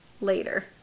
later